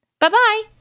Bye-bye